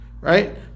right